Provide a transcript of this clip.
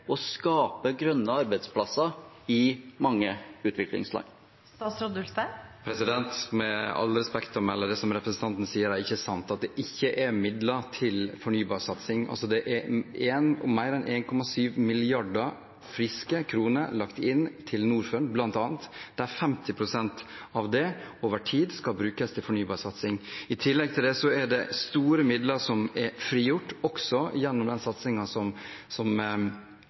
å skape grønne arbeidsplasser i mange utviklingsland? Med respekt å melde: Det representanten sier om at det ikke er midler til fornybarsatsing, er ikke sant. Det er lagt inn opp mot 1,7 mrd. friske kroner til Norfund, bl.a., der 50 pst. av det over tid skal brukes til fornybarsatsing. I tillegg til det er store midler frigjort, også gjennom den satsingen som Norfund står i, som